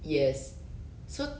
yes so